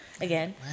again